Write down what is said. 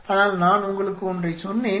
ஆனால் நான் உங்களுக்கு ஒன்றைச் சொன்னேன்